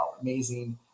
amazing